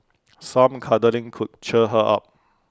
some cuddling could cheer her up